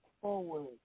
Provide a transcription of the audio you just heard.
forward